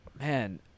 Man